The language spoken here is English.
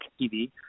TV